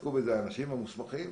יעסקו בזה האנשים המוסמכים,